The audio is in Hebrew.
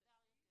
מוסדר יותר?